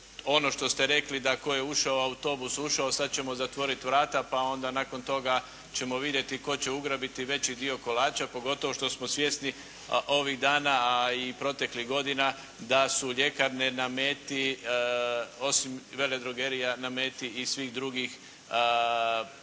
ono što ste rekli da tko je ušao u autobus ušao, sada ćemo zatvoriti vrata pa onda nakon toga ćemo vidjeti tko će ugrabiti veći dio kolača pogotovo što smo svjesni ovih dana, a i proteklih godina da su ljekarne na meti osim veledrogerija, na meti i svih drugih